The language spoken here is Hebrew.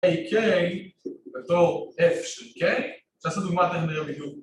AK, בתור F של K, אפשר לעשות דוגמא תיכף נראה בדיוק